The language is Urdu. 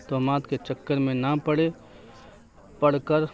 توہمات کے چکر میں نہ پڑیں پڑ کر